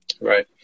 Right